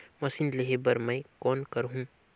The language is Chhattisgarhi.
मशीन लेहे बर मै कौन करहूं?